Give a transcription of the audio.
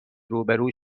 روبرو